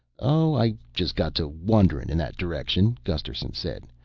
oh, i just got to wonderin' in that direction, gusterson said.